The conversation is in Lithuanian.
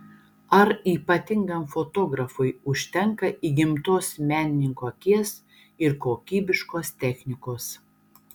ar ypatingam fotografui užtenka įgimtos menininko akies ir kokybiškos technikos